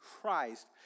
Christ